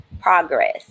progress